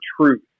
Truth